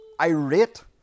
irate